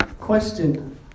question